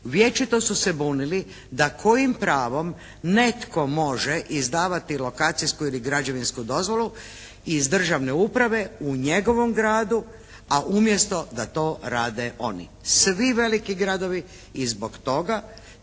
vječito su se bunili da kojim pravom netko može izdavati lokacijsku ili građevinsku dozvolu iz državne uprave u njegovom gradu, a umjesto da to rade oni. Svi veliki gradovi i zbog toga